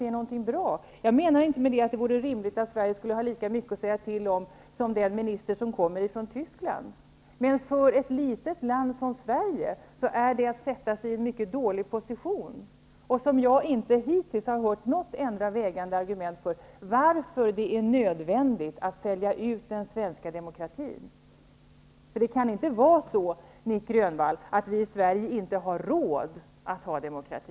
Men för den skull menar jag inte att det är rimligt att en minister från Sverige har lika mycket att säga till om som en minister från Tyskland. För ett litet land som Sverige innebär det här att vi medverkar till att vi hamnar i en mycket dålig position. Hittills har jag inte hört ett enda vägande argument om varför det är nödvändigt att sälja ut den svenska demokratin. Det kan ju inte vara så, Nic Grönvall, att vi i Sverige inte har råd att ha demokrati.